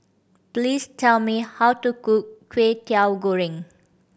please tell me how to cook Kway Teow Goreng